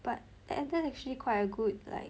but and that's actually quite a good like